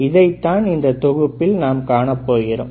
அதைத்தான் இந்த தொகுப்பில் நாம் காணப்போகிறோம்